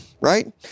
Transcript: Right